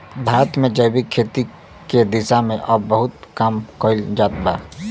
भारत में जैविक खेती के दिशा में अब बहुत काम कईल जात बा